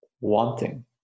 wanting